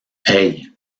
hey